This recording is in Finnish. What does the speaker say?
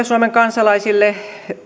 suomen kansalaisille